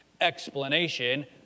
explanation